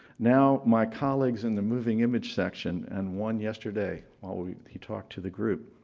now my colleagues in the moving image section and one yesterday while we he talked to the group,